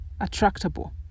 attractable